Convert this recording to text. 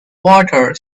water